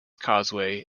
causeway